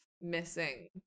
missing